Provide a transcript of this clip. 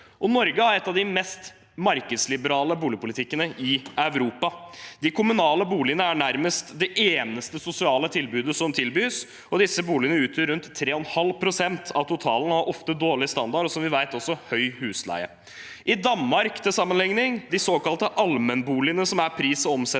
Norge har en av de mest markedsliberale boligpolitikkene i Europa. De kommunale boligene er nærmest det eneste sosiale tilbudet som tilbys, og disse boligene utgjør rundt 3,5 pst. av totalen, har ofte dårlig standard og, som vi vet, også høy husleie. I Danmark utgjør de såkalte allmennboligene, som er pris- og omsetningskontrollert,